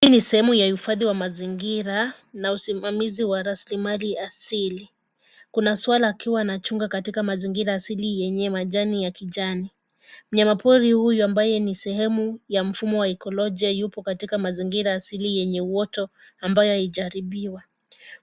Hii ni sehemu ya uhifadhi wa mazingira na usimamizi wa rasilimali asili. Kuna swara akiwa anachunga katika mazingira asili yenye majani ya kijani. Mnyamapori huyu ambaye ni sehemu ya mfumo wa ekolojia yupo katika mazingira asili yenye uwoto ambayo hijaharibiwa.